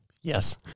Yes